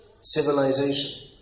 civilization